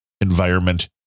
environment